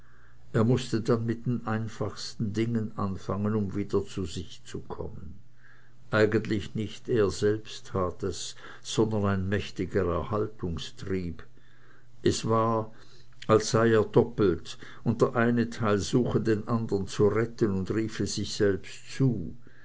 er mußte dann mit den einfachsten dingen anfangen um wieder zu sich zu kommen eigentlich nicht er selbst tat es sondern ein mächtiger erhaltungstrieb es war als sei er doppelt und der eine teil suche den andern zu retten und riefe sich selbst zu